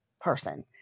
person